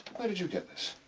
where did you get this?